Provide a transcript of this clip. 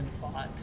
fought